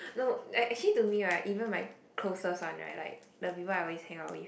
look actually to me right even my closest one right like the people I always hang out with